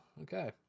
okay